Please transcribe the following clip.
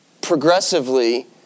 progressively